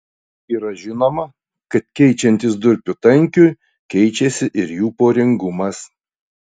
yra žinoma kad keičiantis durpių tankiui keičiasi ir jų poringumas